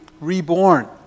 reborn